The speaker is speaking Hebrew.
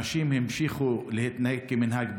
אנשים המשיכו להתנהג כמנהג בעלים.